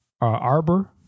Arbor